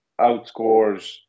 outscores